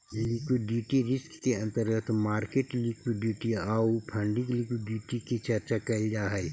liquidity risk के अंतर्गत market liquidity आउ फंडिंग लिक्विडिटी के चर्चा कैल जा हई